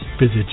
Visit